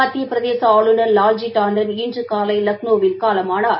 மத்தியபிரதேசஆளுநர் வால்ஜி டாண்டன் இன்றுகாலைலக்னோவில் காலமானார்